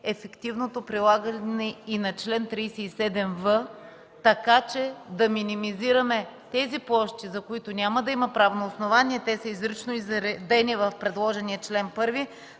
ефективното прилагане и на чл. 37в, така че да минимизираме площите, за които няма да има правно основание – те са изрично изредени в предложения чл. 1,